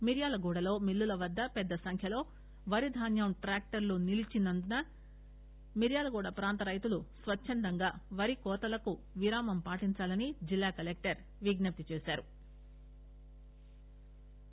మిర్యాలగూడ లో మిల్లుల వద్ద పెద్ద సంఖ్య లో వరి ధాన్యం ట్రాక్టర్ లు నిలీచి నందున మిర్యాలగూడ ప్రాంత రైతులు స్పచ్చందంగా వరి కోతలకు విరామం పాటించాలని జిల్లా కలెక్టర్ విజ్ఞప్తి చేశారు